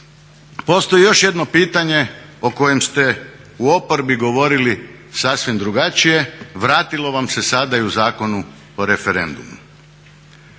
Postoji još jedno pitanje o kojem ste u oporbi govorili sasvim drugačije, vratilo vam se sada i u Zakonu o referendumu.